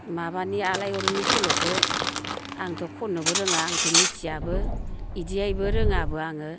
माबानि आलायरननि सल'खौ आंथ' खननोबो रोङा आंथ' मिथियाबो बिदियैबो रोङाबो आङो